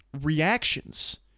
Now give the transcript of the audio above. reactions